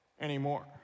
anymore